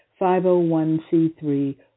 501c3